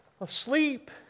asleep